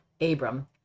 Abram